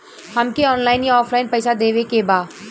हमके ऑनलाइन या ऑफलाइन पैसा देवे के बा?